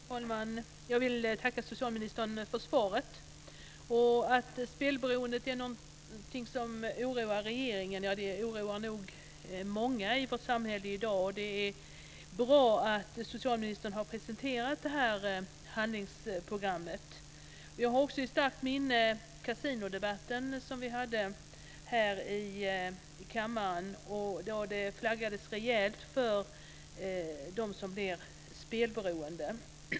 Fru talman! Jag vill tacka socialministern för svaret. Spelberoendet är något som oroar regeringen - ja, det oroar nog många i vårt samhälle i dag. Det är bra att socialministern har presenterat ett handlingsprogram. Jag har också i starkt minne kasinodebatten som vi hade här i kammaren, då det flaggades rejält för dem som blir spelberoende.